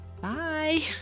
Bye